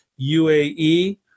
UAE